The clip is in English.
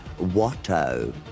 Watto